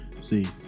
See